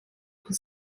com